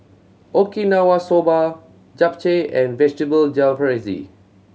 Okinawa Soba Japchae and Vegetable Jalfrezi